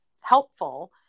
helpful